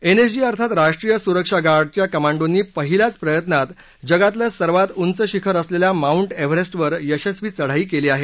NSG अर्थात राष्ट्रीय सुरक्षा गार्डच्या कमांडोनी पहिल्याच प्रयत्नात जगातलं सर्वात उंच शिखर असलेल्या माउंट एव्हरेस्टवर यशस्वी चढाई केली आहे